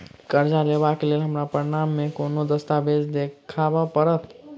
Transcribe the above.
करजा लेबाक लेल हमरा प्रमाण मेँ कोन दस्तावेज देखाबऽ पड़तै?